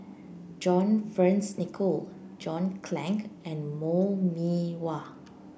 John Fearns Nicoll John Clang and Lou Mee Wah